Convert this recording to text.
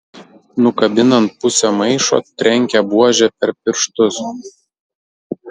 nukabinant pusę maišo trenkia buože per pirštus